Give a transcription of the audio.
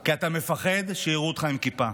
כי אתם מפחדים שיראו אתכם עם כיפה,